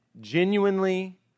genuinely